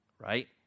right